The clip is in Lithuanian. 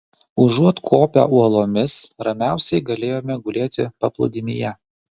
užuot kopę uolomis ramiausiai galėjome gulėti paplūdimyje